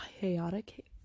chaotic